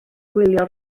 gwylio